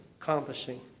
accomplishing